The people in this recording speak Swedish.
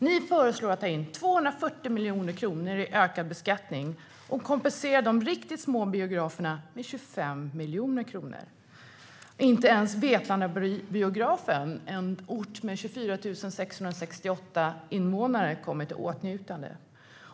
Ni föreslår att man ska ta in 240 miljoner kronor i ökad beskattning och kompensera de riktigt små biograferna med 25 miljoner kronor. Inte ens Vetlandabiografen - det är en ort med 24 668 invånare - kommer i åtnjutande av detta.